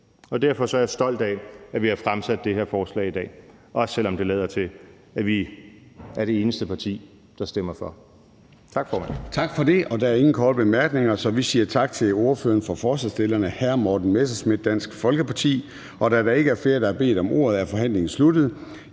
Derfor er jeg stolt af, at vi har fremsat det her forslag i dag, også selv om det lader til, at vi er det eneste parti, der stemmer for.